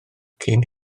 cyn